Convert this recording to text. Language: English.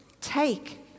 Take